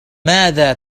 ماذا